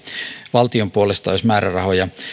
valtion puolesta olisi määrärahoja